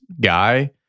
guy